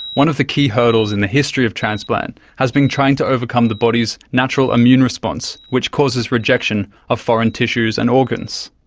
one of the key hurdles in the history of transplant has been trying to overcome the body's natural immune response which causes rejection of foreign tissues and organs.